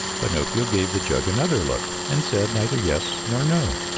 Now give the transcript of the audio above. pinocchio gave the jug another look and said neither yes nor no.